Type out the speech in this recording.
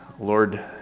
Lord